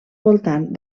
voltant